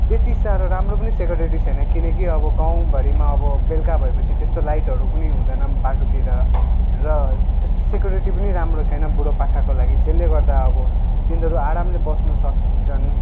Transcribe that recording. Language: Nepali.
त्यति साह्रो राम्रो पनि सेक्युरिटी छैन किनकि अब गाउँभरिमा अब बेलुका भएपछि त्यस्तो लाइटहरू पनि हुँदैन बाटोतिर त त्यस्तो सेक्युरिटी पनि राम्रो छैन बुढोपाकाको लागि जसले गर्दा अब तिनीहरू आरामले बस्नुसक्छन्